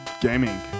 gaming